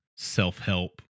self-help